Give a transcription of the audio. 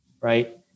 right